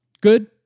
good